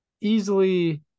Easily